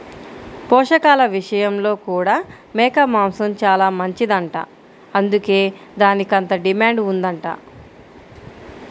పోషకాల విషయంలో కూడా మేక మాంసం చానా మంచిదంట, అందుకే దానికంత డిమాండ్ ఉందంట